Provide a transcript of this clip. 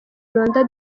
rwanda